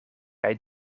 kaj